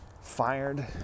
fired